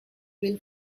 will